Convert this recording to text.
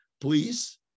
Please